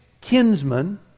kinsman